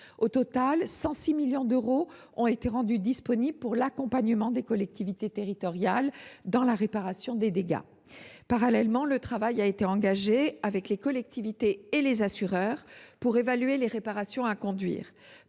Au total, 106 millions d’euros ont été rendus disponibles pour l’accompagnement des collectivités territoriales. Parallèlement, le travail a été engagé avec les collectivités et les assureurs afin d’évaluer les réparations à effectuer.